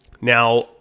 Now